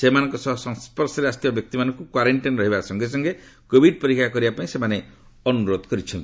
ସେମାନଙ୍କ ସହ ସଂସ୍ୱର୍ଶରେ ଆସିଥିବା ବ୍ୟକ୍ତିମାନଙ୍କୁ କ୍ୱାରେଷ୍ଟାଇନ୍ରେ ରହିବା ସଙ୍ଗେ ସଙ୍ଗେ କୋଭିଡ୍ ପରୀକ୍ଷା କରିବା ପାଇଁ ସେମାନେ ଅନୁରୋଧ କରିଛନ୍ତି